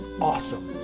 awesome